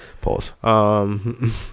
Pause